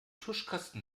tuschkasten